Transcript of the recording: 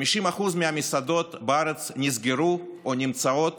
50% מהמסעדות בארץ נסגרו או נמצאות